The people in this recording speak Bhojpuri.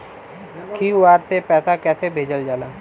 क्यू.आर से पैसा कैसे भेजल जाला?